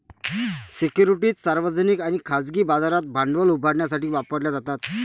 securities सार्वजनिक आणि खाजगी बाजारात भांडवल उभारण्यासाठी वापरल्या जातात